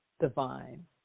divine